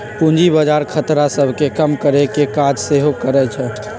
पूजी बजार खतरा सभ के कम करेकेँ काज सेहो करइ छइ